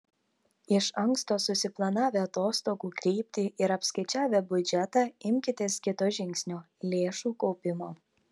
iš anksto susiplanavę atostogų kryptį ir apskaičiavę biudžetą imkitės kito žingsnio lėšų kaupimo